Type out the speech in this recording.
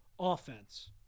offense